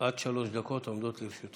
עד שלוש דקות עומדות לרשותך.